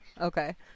Okay